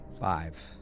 Five